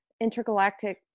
intergalactic